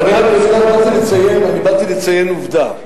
אני באתי לציין עובדה,